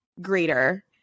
greater